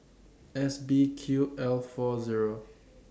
S B Q L four Zero